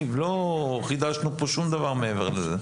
לא חידשנו פה שום דבר מעבר לזה.